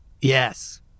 yes